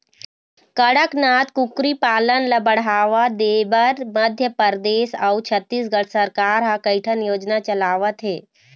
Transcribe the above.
कड़कनाथ कुकरी पालन ल बढ़ावा देबर मध्य परदेस अउ छत्तीसगढ़ सरकार ह कइठन योजना चलावत हे